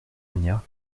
manière